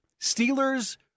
Steelers